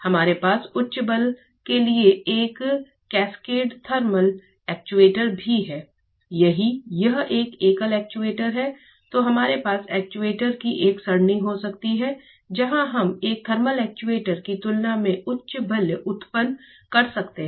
हमारे पास उच्च बल के लिए एक कैस्केड थर्मल एक्ट्यूएटर भी हो सकता है यदि यह एक एकल एक्ट्यूएटर है तो हमारे पास एक्ट्यूएटर की एक सरणी हो सकती है जहां हम एक थर्मल एक्ट्यूएटर की तुलना में उच्च बल उत्पन्न कर सकते हैं